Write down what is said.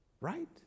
Right